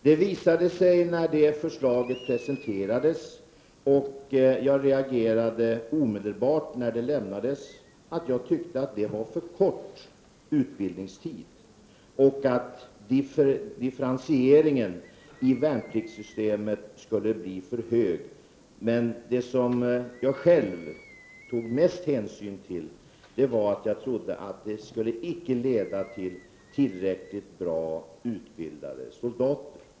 Jag reagerade omedelbart när det förslaget lämnades, och det visade sig att många tyckte att det var för kort utbildningstid och att differenserna i värnpliktssystemet skulle bli för stora. Det jag själv tog mest hänsyn till var att jag inte trodde det skulle ge tillräckligt bra utbildade soldater.